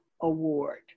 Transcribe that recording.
award